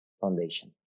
foundation